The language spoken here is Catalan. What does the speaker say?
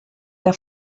que